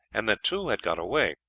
and that two had got away.